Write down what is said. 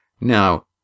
Now